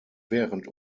während